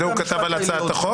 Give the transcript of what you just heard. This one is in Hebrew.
את זה הוא כתב על הצעת החוק?